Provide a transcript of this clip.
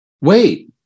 wait